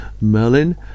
Merlin